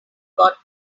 got